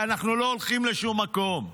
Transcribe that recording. ואנחנו לא הולכים לשום מקום.